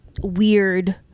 weird